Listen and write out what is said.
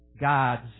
gods